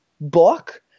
book